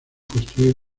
construir